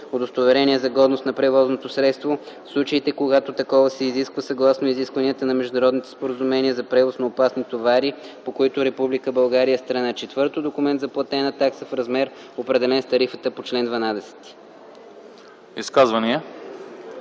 удостоверение за годност на превозното средство, в случаите когато такова се изисква, съгласно изискванията на международните споразумения за превоз на опасни товари, по които Република България е страна; 4. документ за платена такса в размер, определен с тарифата по чл. 12.”